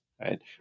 right